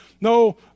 No